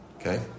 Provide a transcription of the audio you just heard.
okay